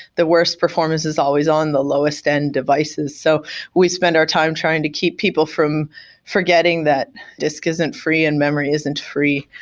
the worst performance is always on the lowest-end devices. so we spend our time trying to keep people from forgetting that disk isn't free and memory isn't free.